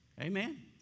Amen